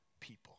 people